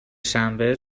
شنبه